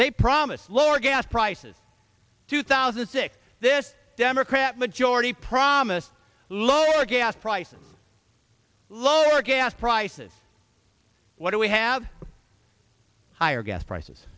they promised lower gas prices two thousand and six this democrat majority promised lower gas prices lower gas prices what do we have higher gas prices